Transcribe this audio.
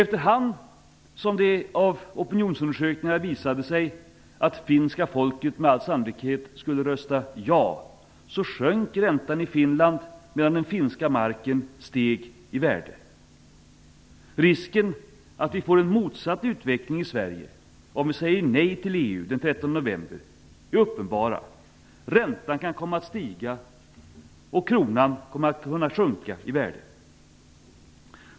Efter hand som det av opinionsundersökningar visade sig att finska folket med all sannolikhet skulle rösta ja sjönk räntan i Finland under det att den finska marken steg i värde. Risken är uppenbar att vi får en motsatt utveckling i Sverige om vi säger nej till EU den 13 november. Räntan kan komma att stiga och kronan kan komma att sjunka i värde.